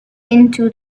into